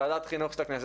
ועדת החינוך של הכנסת,